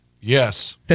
Yes